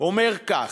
אומר כך: